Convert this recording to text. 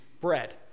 bread